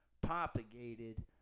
propagated